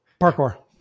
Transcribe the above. parkour